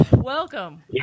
Welcome